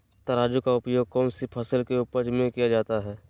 तराजू का उपयोग कौन सी फसल के उपज में किया जाता है?